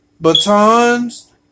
batons